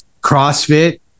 CrossFit